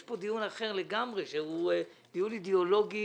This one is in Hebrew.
יש פה דיון אחר לגמרי שהוא דיון אידיאולוגי